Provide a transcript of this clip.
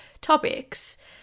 topics